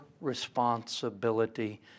responsibility